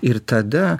ir tada